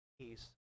peace